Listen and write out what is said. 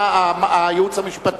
יעבור לוועדת הפנים.